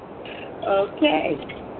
Okay